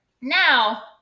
Now